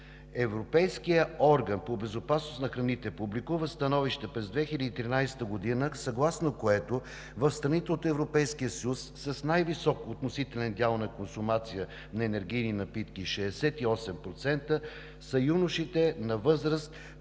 Европейският орган по безопасност на храните публикува становище през 2013 г., съгласно което в страните от Европейския съюз с най-висок относителен дял на консумация на енергийни напитки – 68%, са юношите на възраст